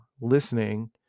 listening